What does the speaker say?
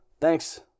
thanks